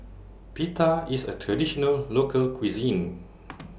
Pita IS A Traditional Local Cuisine